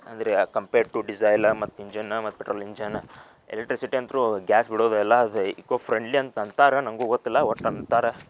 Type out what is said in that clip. ಅಂದರೆ compare to ಡಿಝೈಲ ಮತ್ತು ಇಂಜನ್ನ ಮತ್ತು ಪೆಟ್ರೋಲ್ ಇಂಜನ್ನ ಎಲೆಕ್ಟ್ರಿಸಿಟಿ ಅಂತೂ ಗ್ಯಾಸ್ ಬಿಡೋದಿಲ್ಲ ಅದು ಇಕೋ ಫ್ರೆಂಡ್ಲಿ ಅಂತ ಅಂತಾರೆ ನಂಗೂ ಗೊತ್ತಿಲ್ಲ ಒಟ್ಟು ಅಂತಾರೆ